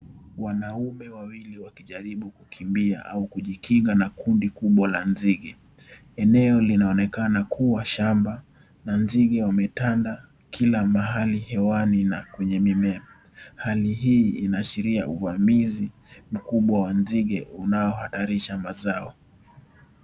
Wanaume wawili wakijaribu kukimbia au kujikinga na kundi kubwa la nzige. Eneo linaonekana kuwa shamba na nzige wametanda kila mahali hewani na kwenye mimea. Hali hii inaashiria uvamizi mkubwa wa nzige unayohatarisha mazao.